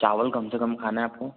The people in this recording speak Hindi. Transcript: चावल कम से कम खाना है आपको